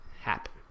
happen